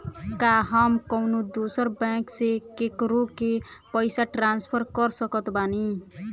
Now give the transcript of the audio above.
का हम कउनों दूसर बैंक से केकरों के पइसा ट्रांसफर कर सकत बानी?